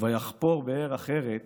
"ויחפר באר אחרת